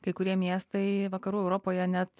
kai kurie miestai vakarų europoje net